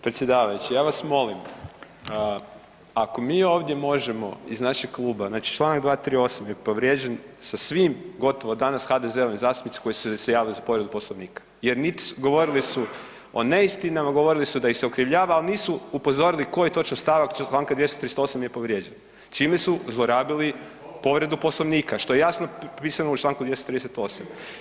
Predsjedavajući, ja vas molim, ako mi ovdje možemo iz našeg kluba, znači čl. 238. je povrijeđen, sa svim gotovo danas HDZ-ovim zastupnici koji su se javili za povredu Poslovnika jer niti su, govorili su o neistinama, govorili su da ih se okrivljava, ali nisu upozorili koji točno stavak čl. 238. je povrijeđen, čime su zlorabili povredu Poslovnika, što je jasno propisano u čl. 238.